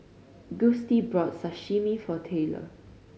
Gustie brought Sashimi for Taylor